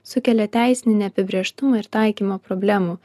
sukelia teisinį neapibrėžtumą ir taikymo problemų